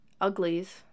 uglies